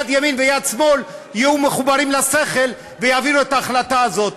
ימין ויד שמאל יהיו מחוברות לשכל ויעבירו את ההחלטה הזאת.